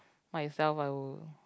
myself I will